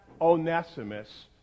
Onesimus